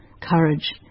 courage